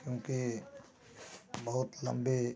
क्योंकि बहुत लम्बी ट्रिप में